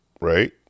right